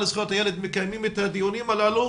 לזכויות הילד מקיימות את הדיונים הללו,